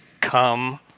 Come